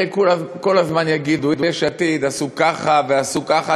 הרי כל הזמן יגידו: יש עתיד עשו ככה ועשו ככה.